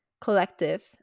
Collective